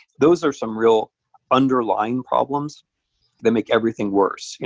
those are some real underlying problems that make everything worse,